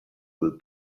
will